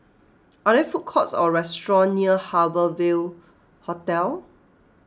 are there food courts or restaurants near Harbour Ville Hotel